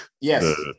Yes